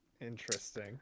interesting